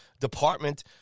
department